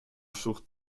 schlucht